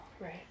Right